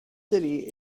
city